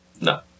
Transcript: No